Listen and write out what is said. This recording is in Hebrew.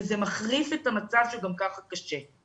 וזה מחריף את המצב שגם כך הוא קשה.